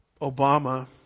Obama